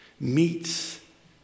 meets